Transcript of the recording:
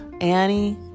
Annie